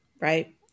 Right